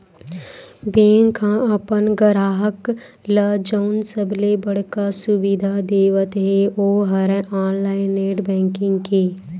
bank ह अपन गराहक ल जउन सबले बड़का सुबिधा देवत हे ओ हरय ऑनलाईन नेट बेंकिंग के